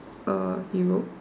Europe